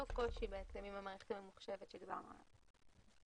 אותו קושי עם המערכת הממוחשבת שדיברנו עליו.